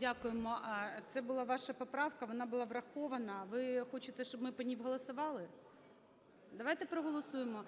Дякуємо. Це була ваша поправка, вона була врахована. Ви хочете, щоб ми по ній голосували? Давайте проголосуємо.